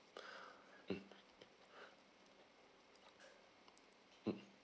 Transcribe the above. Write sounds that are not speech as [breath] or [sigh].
mm [breath] mm